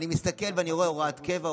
אני מסתכל ואני רואה הוראות קבע,